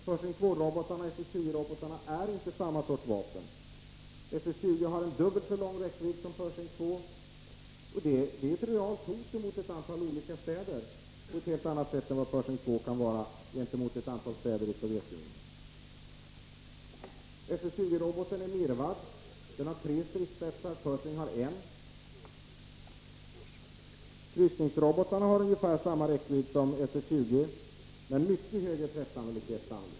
Pershing 2-robotarna och SS-20-robotarna är inte samma sorts vapen. SS-20 har en dubbelt så lång räckvidd som Pershing 2. Det är ett realt hot mot ett antal städer på ett helt annat sätt än vad Pershing 2 kan vara mot städer i Sovjetunionen. SS-20-roboten är MIRV-ad, och den har tre stridsspetsar. Pershing 2 roboten har en stridsspets. Kryssningsrobotarna har ungefär samma räckvidd som SS-20, men mycket högre träffsäkerhet.